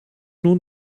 nun